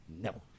No